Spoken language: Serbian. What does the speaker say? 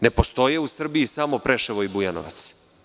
Ne postoje u Srbiji samo Preševo i Bujanovac.